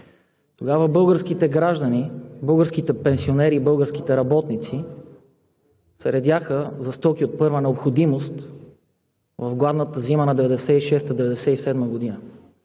Тогава българските граждани – българските пенсионери и българските работници, се редяха за стоки от първа необходимост в гладната зима на 1996 – 1997 г.